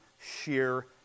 sheer